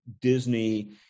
Disney